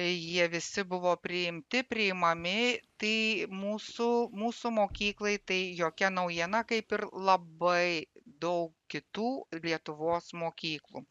jie visi buvo priimti priimami tai mūsų mūsų mokyklai tai jokia naujiena kaip ir labai daug kitų lietuvos mokyklų